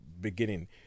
beginning